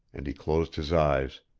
and he closed his eyes,